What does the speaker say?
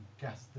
gas